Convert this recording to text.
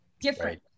different